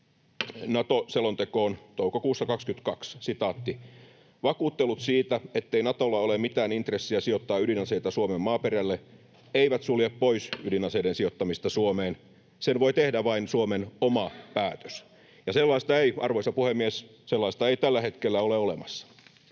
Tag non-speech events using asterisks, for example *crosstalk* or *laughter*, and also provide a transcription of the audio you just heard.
Nato-selontekoon toukokuussa 22: ”Vakuuttelut siitä, ettei Natolla ole mitään intressiä sijoittaa ydinaseita Suomen maaperälle, eivät sulje pois *noise* ydinaseiden sijoittamista Suomeen. Sen voi tehdä vain Suomen oma päätös.” Sellaista ei, arvoisa puhemies, tällä hetkellä ole olemassa.